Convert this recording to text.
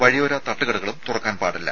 വഴിയോര തട്ടുകടകളും തുറക്കാൻ പാടില്ല